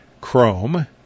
Chrome